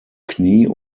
knie